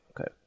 Okay